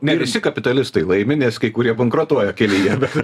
ne visi kapitalistai laimi nes kai kurie bankrutuoja kelyje bet